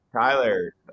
Tyler